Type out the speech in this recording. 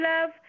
love